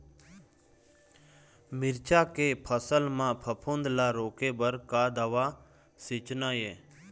मिरचा के फसल म फफूंद ला रोके बर का दवा सींचना ये?